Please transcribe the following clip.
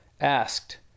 asked